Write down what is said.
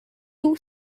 two